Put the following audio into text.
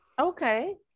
Okay